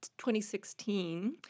2016